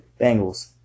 Bengals